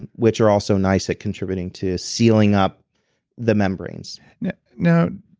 and which are also nice at contributing to sealing up the membranes now,